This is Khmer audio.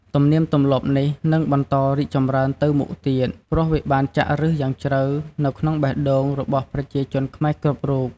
ទំនៀមទម្លាប់នេះនឹងបន្តរីកចម្រើនទៅមុខទៀត ព្រោះវាបានចាក់ឫសយ៉ាងជ្រៅនៅក្នុងបេះដូងរបស់ប្រជាជនខ្មែរគ្រប់រូប។